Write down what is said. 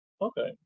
Okay